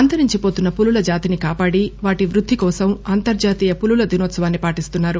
అంతరించివోతున్న పులుల జాతిని కాపాడి వాటి వృద్ది కోసం అంతర్జాతీయ పులుల దినోత్సవాన్సి పాటిస్తున్నారు